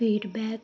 feedback